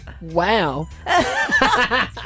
wow